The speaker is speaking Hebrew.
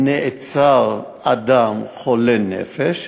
נעצר אדם חולה נפש,